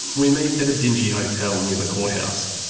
we meet at a dingy hotel near the courthouse.